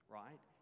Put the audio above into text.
right